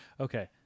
Okay